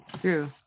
true